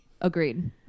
Agreed